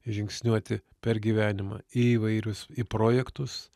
žingsniuoti per gyvenimą į įvairius projektus